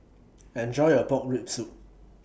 Enjoy your Pork Rib Soup